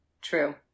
True